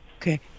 Okay